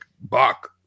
Bach